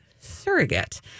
surrogate